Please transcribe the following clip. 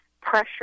pressure